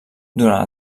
durant